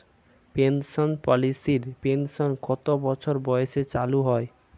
Pension পলিসির pension কত বছর বয়সে চালু হয়?